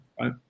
right